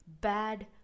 bad